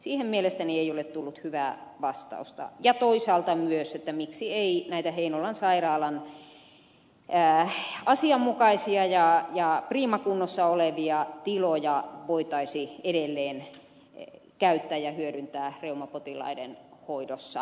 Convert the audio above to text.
siihen mielestäni ei ole tullut hyvää vastausta eikä toisaalta myöskään siihen miksi ei näitä heinolan sairaalan asianmukaisia ja priimakunnossa olevia tiloja voitaisi edelleen käyttää ja hyödyntää reumapotilaiden hoidossa